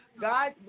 God